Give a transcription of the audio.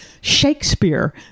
Shakespeare